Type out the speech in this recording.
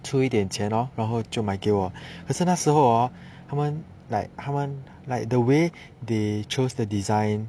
出一点钱咯然后就买给我可是那时候他们 like 他们 like the way they chose the design